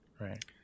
right